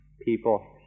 people